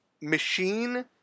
machine